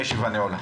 הישיבה נעולה.